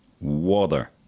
water